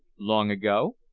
long ago?